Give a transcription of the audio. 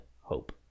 hope